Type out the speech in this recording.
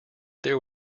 there